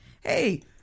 hey